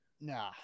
Nah